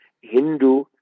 Hindu